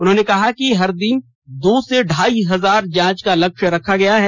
उन्होंने कहा कि हर दिन दो से ढाई हजार जांच का लक्ष्य रखा गया है